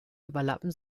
überlappen